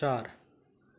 चार